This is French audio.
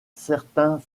certains